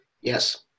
Yes